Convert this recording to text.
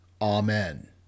Amen